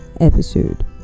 episode